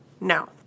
No